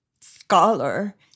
scholar